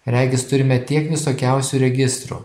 regis turime tiek visokiausių registrų